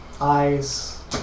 eyes